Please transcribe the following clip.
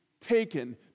taken